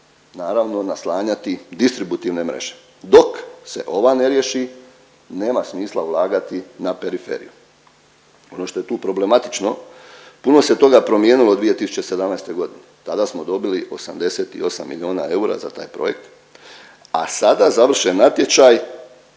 naravno naslanjati distributivne mreže. Dok se ova ne riješi nema smisla ulagati na periferiju. Ono što je tu problematično, puno se toga promijenilo od 2017.g., tada smo dobili 88 milijuna eura za taj projekt, a sada završen natječaj,